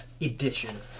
edition